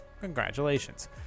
Congratulations